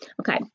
okay